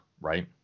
right